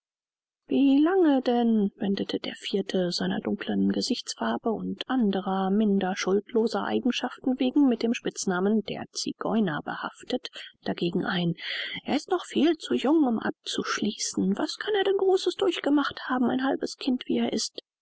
wie lange denn wendete der vierte seiner dunklen gesichtsfarbe und anderer minder schuldloser eigenschaften wegen mit dem spitznamen der zigeuner behaftet dagegen ein er ist noch viel zu jung um abzuschließen was kann er denn großes durchgemacht haben ein halbes kind wie er ist